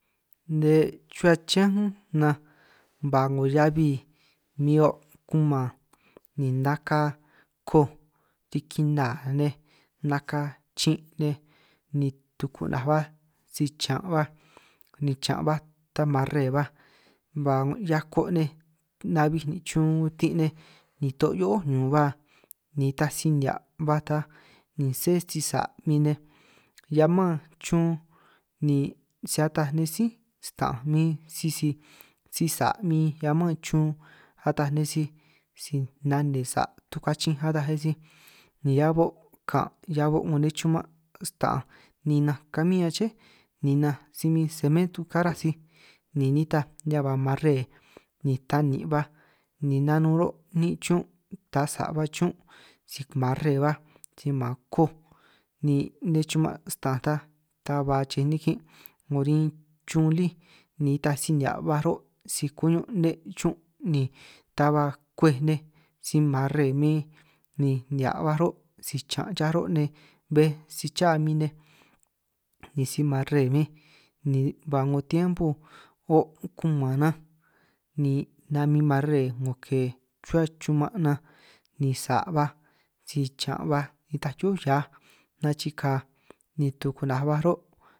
Ne' chuhua chiñán únj nan ba 'ngo heabi ni o' kuman ni naka koj riki nna nej naka chin' nej, ni tukunaj baj si chiñan' baj ni chiñan' baj ni ta marre baj ba hiako' nabij nin' chun utin' nej, ni to' hio'ó ñun baj ni taj si nihia' ba taj ni sé si sa' min nej hia man chun ni sa ataj nej sí sta'anj min, sisi sisa' min hia man chun ataj nej sij si nane sa' tukuachinj ataj nej sij, ni hia bo' kan ni hia bo' 'ngo nej chuman sta'anj ninanj kamín aché ninanj si ke semento karaj sij, ni nitaj ñan ba marre ni ta nin' baj ni nanun ruuhuo ni'in chiñún si marre baj si man koj ni nej chuman' sta'anj ta ta ba chej nikin' 'ngo rin chun lí, ni itaj si nihia' baj ruhuo' si ku'ñun' nne' chiñún' ni ta ba kwej nej si marre min ni nihia' baj rruhuo' si chaan' chaj ro' nej, bej si chaa min nej ni si marre min ni ba 'ngo tiempo o' kuman nan ni namin marre 'ngo ke chuhua chuman' nan, ni sa' baj si chiñan' baj nitaj hio'ó hiaj nachika ni tukunaj baj ruhuo'.